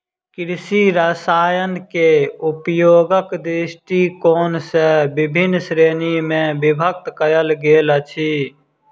कृषि रसायनकेँ उपयोगक दृष्टिकोण सॅ विभिन्न श्रेणी मे विभक्त कयल गेल अछि